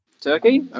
Turkey